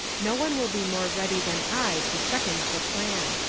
no one will be more ready than i to second the plan.